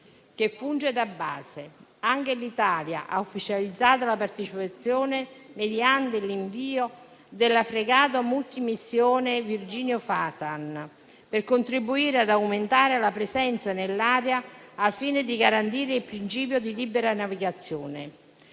che funge da base. Anche l'Italia ha ufficializzato la partecipazione mediante l'invio della fregata multimissione Virginio Fasan, per contribuire ad aumentare la presenza nell'area, al fine di garantire il principio di libera navigazione.